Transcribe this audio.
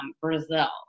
Brazil